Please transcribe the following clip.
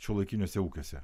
šiuolaikiniuose ūkiuose